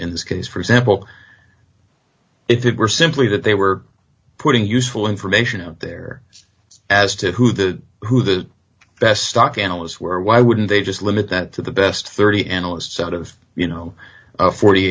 in this case for example if it were simply that they were putting useful information out there as to who the who the best stock analysts were why wouldn't they just limit that to the best thirty analysts out of you know